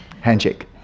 handshake